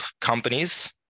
companies